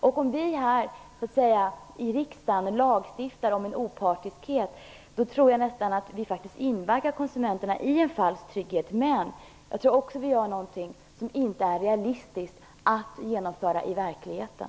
Om vi här i riksdagen lagstiftar om en opartiskhet tror jag nästan att vi invaggar konsumenterna i en falsk trygghet. Jag tror också att vi beslutar om någonting som inte är realistiskt att genomföra i verkligheten.